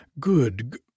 Good